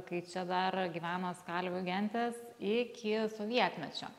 kai čia dar gyveno skalvių gentys iki sovietmečio